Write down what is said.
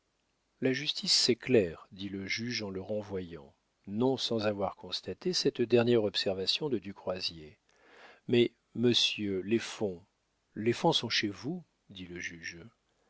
la justice s'éclaire dit le juge en le renvoyant non sans avoir constaté cette dernière observation de du croisier mais monsieur les fonds les fonds sont chez vous dit le juge